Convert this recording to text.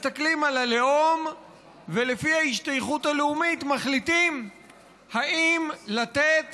מסתכלים על הלאום ולפי ההשתייכות הלאומית מחליטים אם לתת